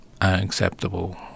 unacceptable